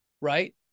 right